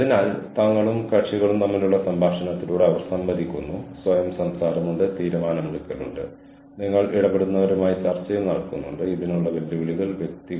പ്രകടനം നടത്താനുള്ള വ്യക്തിഗത അവസരത്തെക്കുറിച്ച് നമ്മൾ സംസാരിക്കുമ്പോൾ അത് എംപ്ലോയീ പെർസീവ്ഡ് എച്ച് ആർ സിസ്റ്റങ്ങളെക്കുറിച്ചാണ് സംസാരിക്കുന്നത്